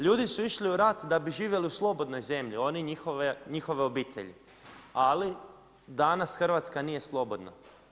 Ljudi su išli u rat da bi živjeli u slobodnoj zemlji, oni i njihove obitelji, ali danas Hrvatska nije slobodna.